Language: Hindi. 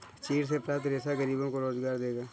चीड़ से प्राप्त रेशा गरीबों को रोजगार देगा